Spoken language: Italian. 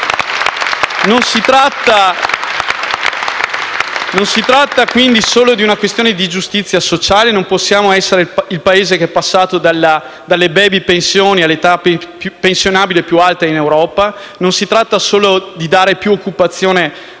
Non si tratta, quindi, solo di una questione di giustizia sociale: non possiamo essere il Paese che è passato dalle *baby* pensioni all'età pensionabile più alta d'Europa; non si tratta solo di dare più occupazione ai